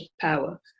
power